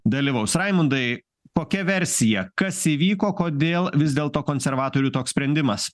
dalyvaus raimundai kokia versija kas įvyko kodėl vis dėlto konservatorių toks sprendimas